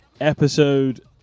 episode